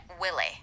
willy